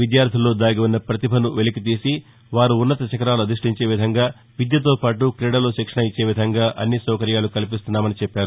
విద్యార్దులలో దాగి ఉన్న ప్రతిభసు వెలికితీసి వారు ఉన్నత శిఖరాలధిష్టించే విధంగా విద్యతోపాటు క్రీడల్లో శిక్షణ ఇచ్చేవిధంగా అన్ని సౌకర్యాలు కల్పిస్తున్నామని చెప్పారు